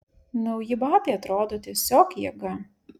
nauji batai atrodo tiesiog jėga